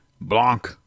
Blanc